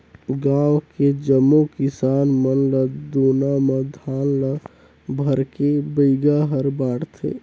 गांव के जम्मो किसान मन ल दोना म धान ल भरके बइगा हर बांटथे